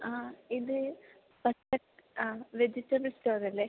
ആ ഇത് ആ വെജിറ്റബിൾ സ്റ്റോർ അല്ലേ